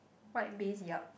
white base yup